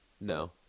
No